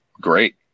great